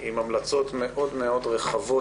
עם המלצות רחבות מאוד,